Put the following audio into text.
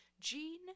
Jean